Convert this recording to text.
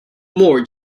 more